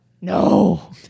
no